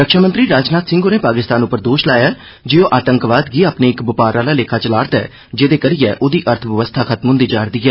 रक्षा मंत्री राजनाथ सिंह होरें पाकिस्तान उप्पर दोश लाया ऐ जे ओह् आतंकवाद गी अपने इक बपार आहला लेखा चला'रदा ऐ जेहदे करियै ओहदी अर्थबवस्था खत्म हंदी जा'रदी ऐ